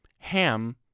ham